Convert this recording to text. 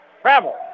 Travel